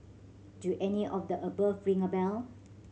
do any of the above ring a bell